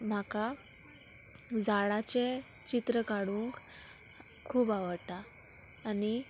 म्हाका झाडाचें चित्र काडूंक खूब आवडटा आनी